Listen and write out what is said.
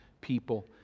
people